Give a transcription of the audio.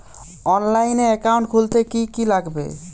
অনলাইনে একাউন্ট খুলতে কি কি লাগবে?